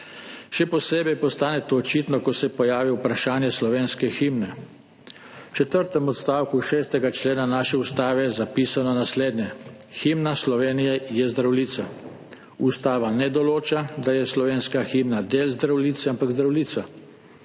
Še posebej postane to očitno, ko se pojavi vprašanje slovenske himne. V četrtem odstavku 6. člena naše ustave je zapisano naslednje: »Himna Slovenije je Zdravljica.« Ustava ne določa, da je slovenska himna del Zdravljice, ampak Zdravljica.